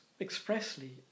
expressly